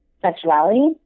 sexuality